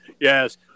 yes